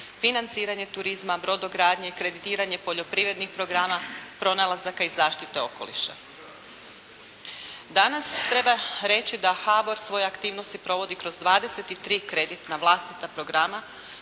financiranje turizma, brodogradnje, kreditiranje poljoprivrednih programa, pronalazaka i zaštite okoliša. Danas treba reći da HBOR svoje aktivnosti provodi kroz 23 kreditna vlastita programa